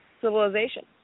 civilization